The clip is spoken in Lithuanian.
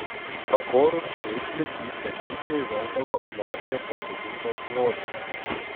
pakorus piršlį į seklyčią įveždavo važyje pasodintą svočią